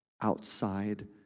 outside